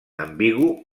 ambigu